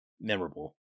memorable